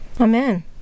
Amen